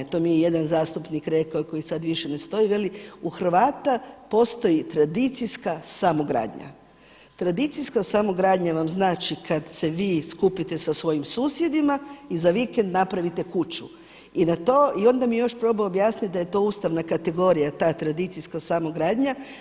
To mi je jedan zastupnik rekao koji više sada ne stoji, veli: „U Hrvata postoji tradicijska samogradnja.“ Tradicijska samogradnja vam znači kada se vi skupite sa svojim susjedima i za vikend napravite kuću i na to i onda mi je još probao objasniti da je to ustavna kategorija ta tradicijska samogradnja.